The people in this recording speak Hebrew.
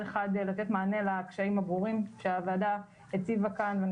אחד לתת מענה לקשיים הברורים שהוועדה הציבה כאן ואני